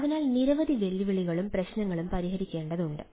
അതിനാൽ നിരവധി വെല്ലുവിളികളും പ്രശ്നങ്ങളും പരിഹരിക്കേണ്ടതുണ്ട്